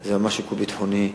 זה ממש שיקול ביטחוני ברור.